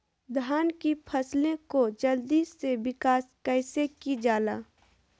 धान की फसलें को जल्दी से विकास कैसी कि जाला?